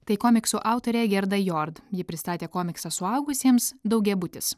tai komiksų autorė gerda jord ji pristatė komiksą suaugusiems daugiabutis